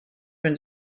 been